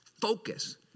focus